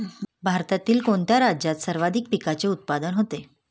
भारतातील कोणत्या राज्यात सर्वाधिक पिकाचे उत्पादन होते?